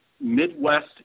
Midwest